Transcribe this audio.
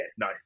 no